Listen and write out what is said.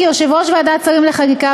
כיושבת-ראש ועדת שרים לחקיקה,